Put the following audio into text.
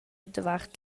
davart